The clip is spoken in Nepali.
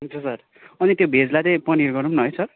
हुन्छ सर अनि त्यो भेजलाई चाहिँ पनिर गराऊँ न है सर